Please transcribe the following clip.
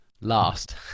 last